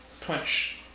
punch